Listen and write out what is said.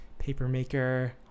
Papermaker